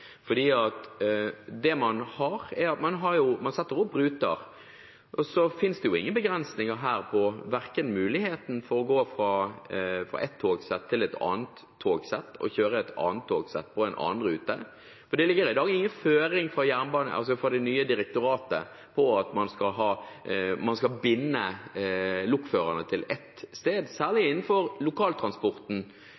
Det er jo slik at man setter opp ruter, og så er det ingen begrensinger på muligheten for å gå fra et togsett til et annet togsett og kjøre et annet togsett på en annen rute, for det ligger i dag ingen føring fra det nye direktoratet om at man skal binde lokførerne til én rute. Særlig